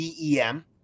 DEM